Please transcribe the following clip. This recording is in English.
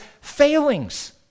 failings